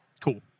Cool